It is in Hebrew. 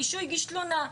מישהו הגיש תלונה,